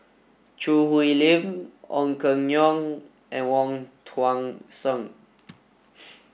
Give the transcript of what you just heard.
Choo Hwee Lim Ong Keng Yong and Wong Tuang Seng